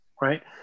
right